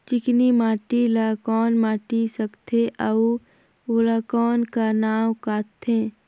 चिकनी माटी ला कौन माटी सकथे अउ ओला कौन का नाव काथे?